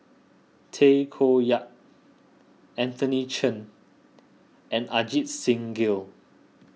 Tay Koh Yat Anthony Chen and Ajit Singh Gill